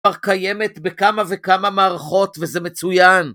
כבר קיימת בכמה וכמה מערכות וזה מצויין